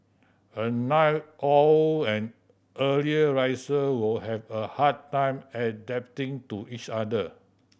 a night owl and early riser will have a hard time adapting to each other